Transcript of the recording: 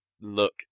look